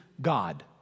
god